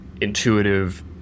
intuitive